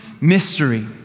mystery